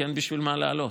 כי אין בשביל מה לעלות.